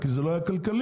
כי לא היה כלכלי,